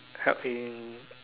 help him